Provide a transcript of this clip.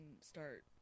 start